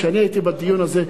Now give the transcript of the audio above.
כשאני הייתי בדיון הזה,